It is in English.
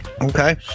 Okay